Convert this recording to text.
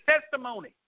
testimony